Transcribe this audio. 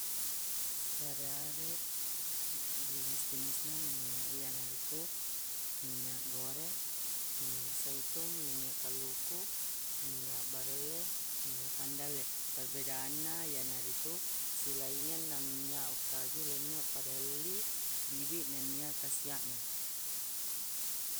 Siareq-areq jenis-jenis na minynyaq e iyanaritu minynyaq gore minynyaq saitung minynyaq kaluku minynyaq barelle minynyaq kandalle perbedaanna iyanaritu silaingeng na minynyaq ukkaju lenne pada elli bibiq nennia kasiaq na